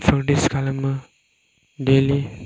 practice खालामो दैलि